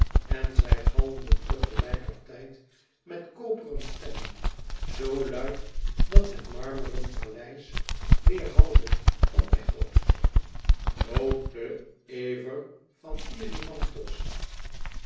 en zij galmden te gelijker tijd met koperen stemmen zoo luid dat het marmeren paleis weêrhalde van echo's dood den ever van erymanthos